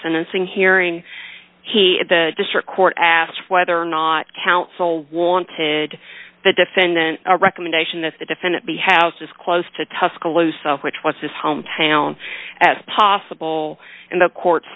sentencing hearing he at the district court asked whether or not counsel wanted the defendant a recommendation that the defendant be houses close to tuscaloosa which was his hometown as possible and the court